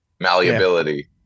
malleability